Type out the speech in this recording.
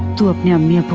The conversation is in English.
to yeah me.